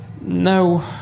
no